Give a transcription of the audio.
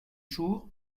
jour